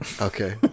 Okay